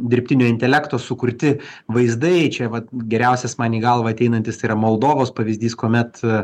dirbtinio intelekto sukurti vaizdai čia vat geriausias man į galvą ateinantis tai yra moldovos pavyzdys kuomet